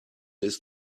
ist